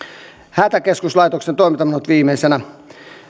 hätäkeskuslaitoksen toimintamenot viimeisenä